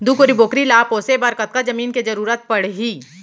दू कोरी बकरी ला पोसे बर कतका जमीन के जरूरत पढही?